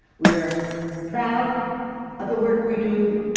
we are proud of the work we do,